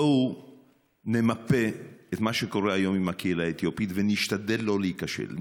בואו נמפה את מה שקורה היום עם הקהילה האתיופית ונשתדל שלא להיכשל.